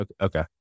Okay